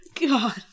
God